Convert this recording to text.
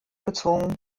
gezwungen